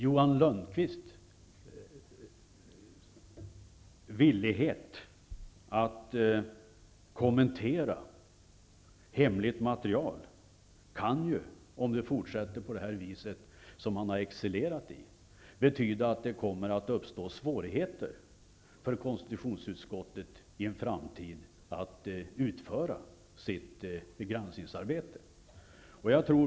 Johan Lönnroths villighet att kommentera hemligt material kan ju, om det fortsätter på det sätt som han har excellerat i, medföra att det uppstår svårigheter för konstitutionsutskottet att i en framtid utföra sitt granskningsarbete.